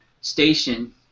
Station